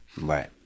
Right